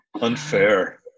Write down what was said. Unfair